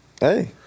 Hey